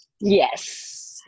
yes